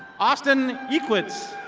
austin equitz.